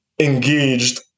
engaged